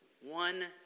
One